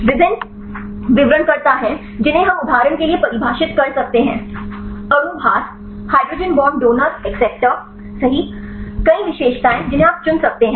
विभिन्न विवरणकर्ता हैं जिन्हें हम उदाहरण के लिए परिभाषित कर सकते हैं अणु भार हाइड्रोजन बांड डोनर एक्सेप्टर सही कई विशेषताएं जिन्हें आप चुन सकते हैं